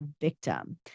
victim